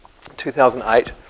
2008